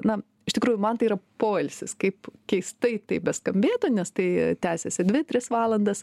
na iš tikrųjų man tai yra poilsis kaip keistai tai beskambėtų nes tai tęsiasi dvi tris valandas